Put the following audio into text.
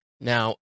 now